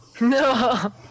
no